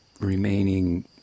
remaining